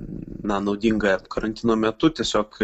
na naudinga karantino metu tiesiog